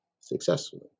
successfully